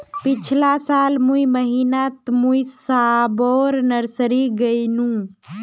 पिछला साल मई महीनातमुई सबोर नर्सरी गायेनू